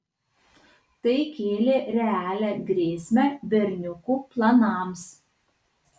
tai kėlė realią grėsmę berniukų planams